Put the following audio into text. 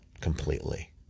completely